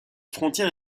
frontière